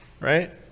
right